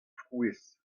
frouezh